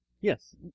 Yes